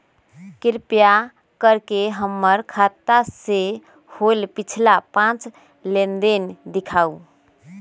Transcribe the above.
कृपा कर के हमर खाता से होयल पिछला पांच लेनदेन दिखाउ